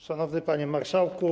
Szanowny Panie Marszałku!